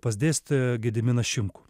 pas dėstytoją gediminą šimkų